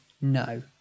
No